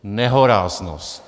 Nehoráznost!